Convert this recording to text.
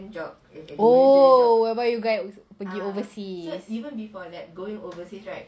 oh where you guys go overseas